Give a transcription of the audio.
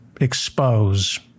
expose